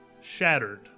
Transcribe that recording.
shattered